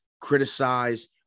Criticize